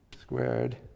squared